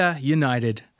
United